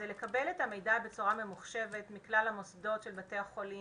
זה לקבל את המידע בצורה ממוחשבת מכלל המוסדות של בתי החולים,